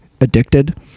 addicted